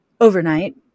overnight